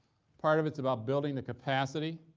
part of it's about building the capacity.